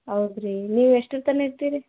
ಹೌದು ರೀ ನೀವು ಎಷ್ಟೋತನಕ ಇರ್ತೀರಿ